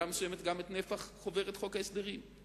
מסוימת גם את נפח חוברת חוק ההסדרים,